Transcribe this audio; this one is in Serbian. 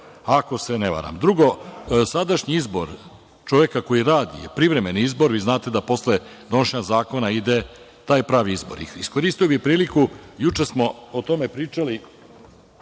ako se ne varam. Drugo, sadašnji izbor čoveka koji radi je privremen izbor. Vi znate da posle donošenja zakona ide taj pravi izbor. Iskoristio bih priliku, juče smo o tome pričali